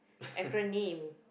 acronym